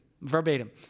Verbatim